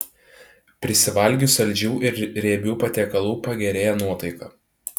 prisivalgius saldžių ir riebių patiekalų pagerėja nuotaika